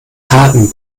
harten